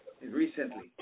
recently